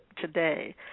today